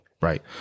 Right